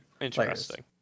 Interesting